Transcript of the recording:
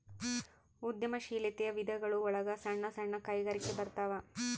ಉದ್ಯಮ ಶೀಲಾತೆಯ ವಿಧಗಳು ಒಳಗ ಸಣ್ಣ ಸಣ್ಣ ಕೈಗಾರಿಕೆ ಬರತಾವ